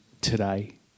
today